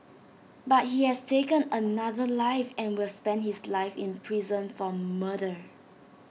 but he has taken another life and will spend his life in prison for murder